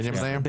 אין נמנעים?